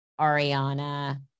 Ariana